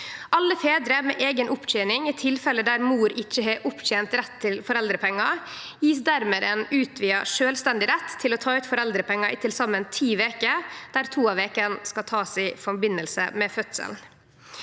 Alle fedrar med eiga opptening i tilfelle der mor ikkje har opptent rett til foreldrepengar, blir dermed gjevne ein utvida sjølvstendig rett til å ta ut foreldrepengar i til saman ti veker, der to av vekene kan takast i forbindelse med fødselen.